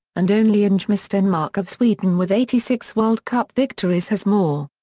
and only ingemar stenmark of sweden with eighty six world cup victories has more.